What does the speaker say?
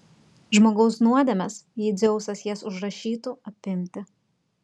žmogaus nuodėmes jei dzeusas jas užrašytų apimti